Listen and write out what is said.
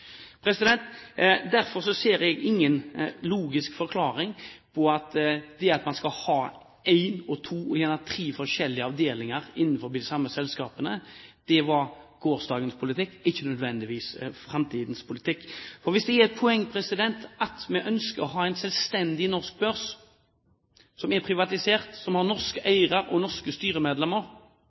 Derfor ser jeg ingen logisk forklaring på at man skal ha en, to og gjerne tre forskjellige avdelinger innenfor de samme selskapene. Det var gårsdagens politikk, ikke nødvendigvis framtidens politikk. Hvis det er et poeng at vi ønsker å ha en selvstendig norsk børs, som er privatisert, som har norske eiere og norske styremedlemmer,